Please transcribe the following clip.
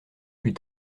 plus